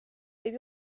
võib